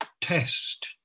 test